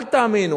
אל תאמינו.